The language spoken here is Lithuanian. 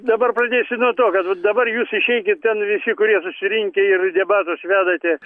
dabar pradėsiu nuo to kad dabar jūs išeikit ten visi kurie susirinkę ir debatus vedate